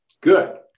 Good